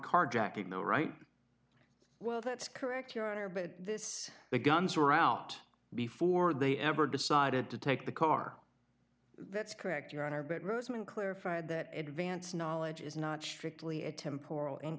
carjacking though right well that's correct your honor but this the guns were out before they ever decided to take the car that's correct your honor but roseman clarified that advance knowledge is not strictly a temporal